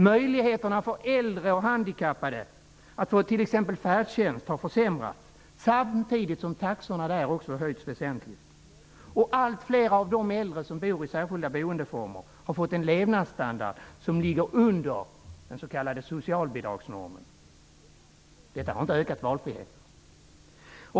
Möjligheterna för äldre och handikappade att t.ex. få färdtjänst har försämrats, samtidigt som taxorna också där har höjts väsentligt. Allt fler av de äldre som bor i särskilda boendeformer har fått en levnadsstandard som ligger under den s.k. socialbidragsnormen. Detta har inte ökat valfriheten.